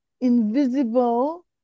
invisible